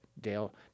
Dale